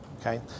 Okay